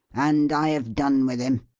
and i have done with him!